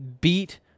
beat